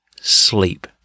sleep